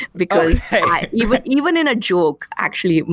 because even even in a joke, actually,